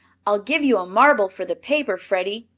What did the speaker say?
i'll give you a marble for the paper, freddie,